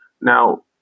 Now